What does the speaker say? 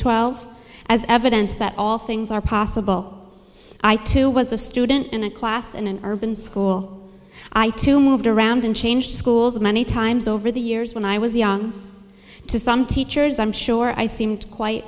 twelve as evidence that all things are possible i too was a student in a class in an urban school i too moved around and changed schools many times over the years when i was young to some teachers i'm sure i seemed quite